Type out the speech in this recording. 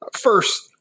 First